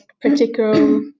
particular